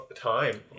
time